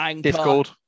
discord